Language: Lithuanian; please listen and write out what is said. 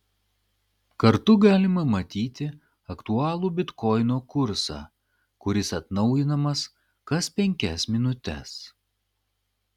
kartu galima matyti aktualų bitkoino kursą kuris atnaujinamas kas penkias minutes